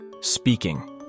speaking